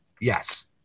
Yes